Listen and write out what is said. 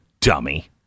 dummy